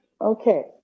Okay